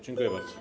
Dziękuję bardzo.